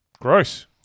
Gross